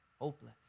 Hopeless